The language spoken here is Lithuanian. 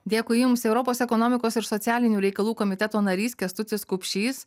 dėkui jums europos ekonomikos ir socialinių reikalų komiteto narys kęstutis kupšys